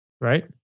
Right